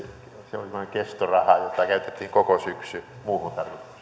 se oli semmoinen kestoraha jota käytettiin koko syksy muuhun